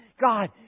God